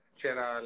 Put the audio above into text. c'era